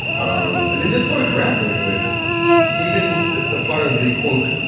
um and then just sort of grappling with even the the part of the quote,